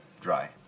Dry